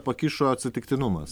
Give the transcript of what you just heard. pakišo atsitiktinumas